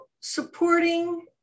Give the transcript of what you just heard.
supporting